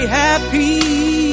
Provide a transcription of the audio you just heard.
happy